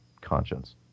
conscience